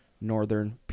northern